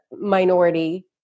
minority